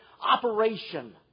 operation